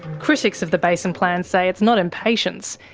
critics of the basin plan say it's not impatience,